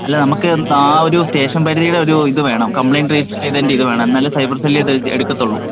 അല്ല നമുക്ക് ആ ഒരു സ്റ്റേഷൻ പരിധിയുടെ ഒരു ഇത് വേണം കംപ്ലയിൻറ്റ് രജിസ്റ്റർ ചെയ്തതിൻ്റെ ഇത് വേണം എന്നാലെ സൈബർ സെൽ ഇത് എടുക്കത്തുള്ളൂ